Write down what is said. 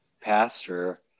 pastor